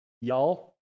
Y'all